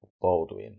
baldwin